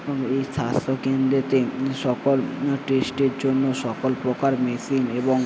এবং এই স্বাস্থ্য কেন্দ্রেতে সকল টেস্টের জন্য সকল প্রকার মেশিন এবং